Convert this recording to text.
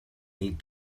need